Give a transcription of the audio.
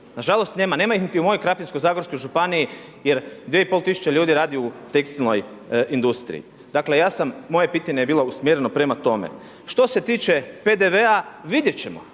Nažalost nema. Nema ih niti u mojoj Krapinsko-zagorskoj županiji jer 2,5 tisuće ljudi radi u tekstilnoj industriji. Dakle, ja sam, moje pitanje je bilo usmjereno prema tome. Što se tiče PDV-a, vidjet ćemo.